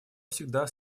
всегда